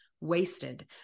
wasted